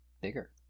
bigger